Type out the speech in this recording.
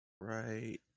Right